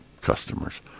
customers